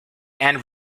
and